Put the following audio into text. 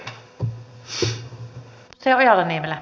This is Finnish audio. hallitus on oikealla tiellä